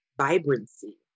vibrancy